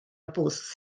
bws